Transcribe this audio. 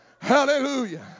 Hallelujah